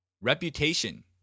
reputation